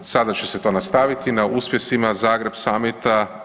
Sada će se to nastaviti na uspjesima Zagreb samita.